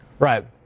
Right